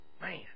Man